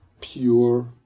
pure